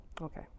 Okay